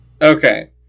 okay